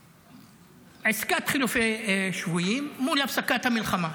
ועסקת חילופי שבויים מול הפסקת המלחמה,